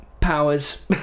powers